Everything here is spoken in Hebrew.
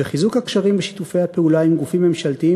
וחיזוק הקשרים ושיתופי הפעולה עם גופים ממשלתיים